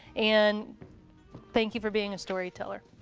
and thank you for being a storyteller.